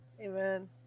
Amen